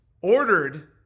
ordered